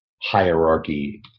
hierarchy